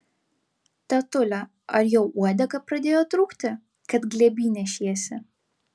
tetule ar jau uodega pradėjo trūkti kad glėby nešiesi